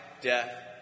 death